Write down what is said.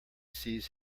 sees